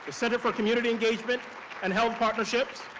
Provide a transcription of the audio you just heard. center for community engagement and health partnerships,